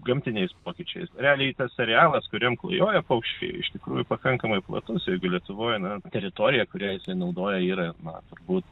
gamtiniais pokyčiais realiai tas arealas kuriam klajoja paukščiai iš tikrųjų pakankamai platus jeigu lietuvoj na teritorija kurią jisai naudoja yra na turbūt